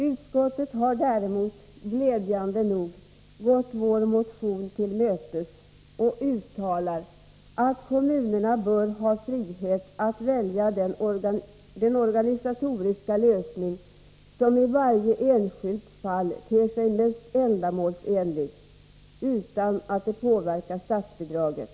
Utskottet har däremot glädjande nog gått vår motion till mötes och uttalar att kommunerna bör ha frihet att välja den organisatoriska lösning som i varje enskilt fall ter sig mest ändamålsenlig utan att det påverkar statsbidraget.